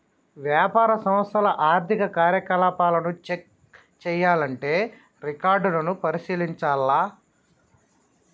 వ్యాపార సంస్థల ఆర్థిక కార్యకలాపాలను చెక్ చేయాల్లంటే రికార్డులను పరిశీలించాల్ల